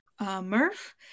Murph